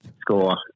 score